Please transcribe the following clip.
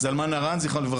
זלמן ארן ז"ל.